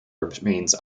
remains